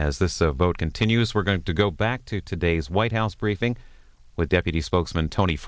as this vote continues we're going to go back to today's white house briefing with deputy spokesman tony